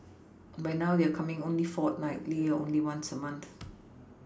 but now they're coming only fortnightly or only once a month